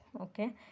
okay